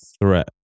threat